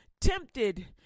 tempted